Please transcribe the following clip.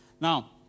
now